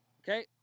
okay